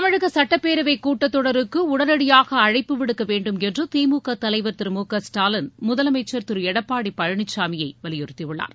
தமிழக சட்டப்பேரவைக் கூட்டத் தொடருக்கு உடனடியாக அழைப்பு விடுக்க வேண்டும் என்று திமுக தலைவர் திரு முகஸ்டாலின் முதலமைச்சர் திரு எடப்பாடி பழனிசாமியை வலியுறுத்தியுள்ளார்